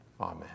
amen